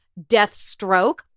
Deathstroke